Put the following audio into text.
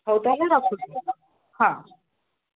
ହଉ ତା'ହେଲେ ରଖୁଛିି ହଁ